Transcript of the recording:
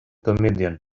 comedian